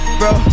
bro